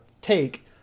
take